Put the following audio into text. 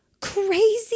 Crazy